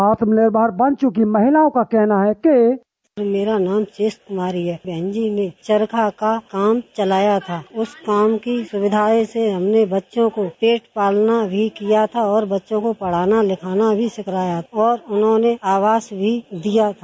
आत्मनिर्भर बन चुकी महिलाओं का कहना है बाइट मेरा नाम शेष कुमारी है बहन जी ने चरखा का काम चलाया था उस काम की सुविघाओं से हमने बच्चे को पेट पालना भी किया था और बच्चों को पढ़ाना लिखाना भी सिखाया और उन्होंने आवास भी दिया था